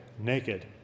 naked